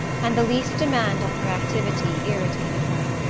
and the least demand on her activity irritated her.